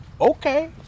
okay